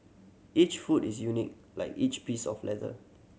each foot is unique like each piece of leather